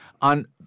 on